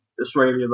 Australia